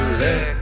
let